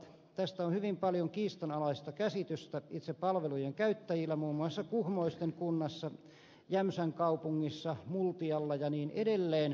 tästä on hyvin paljon kiistanalaista käsitystä itse palvelujen käyttäjillä muun muassa kuhmoisten kunnassa jämsän kaupungissa multialla ja niin edelleen